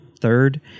third